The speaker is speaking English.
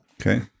okay